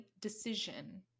decision